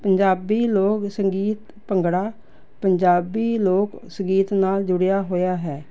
ਪੰਜਾਬੀ ਲੋਕ ਸੰਗੀਤ ਭੰਗੜਾ ਪੰਜਾਬੀ ਲੋਕ ਸੰਗੀਤ ਨਾਲ ਜੁੜਿਆ ਹੋਇਆ ਹੈ